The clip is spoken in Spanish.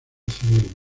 civil